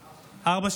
ארבע.